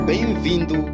Bem-vindo